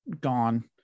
gone